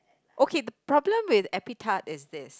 okay the problem with epitaph is this